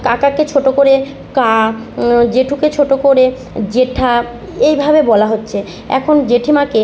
কাকাকে ছোটো করে কা জেঠুকে ছোটো করে জেঠা এইভাবে বলা হচ্ছে এখন জেঠিমাকে